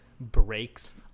breaks